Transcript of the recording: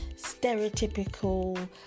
stereotypical